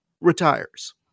retires